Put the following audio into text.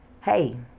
hey